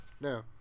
No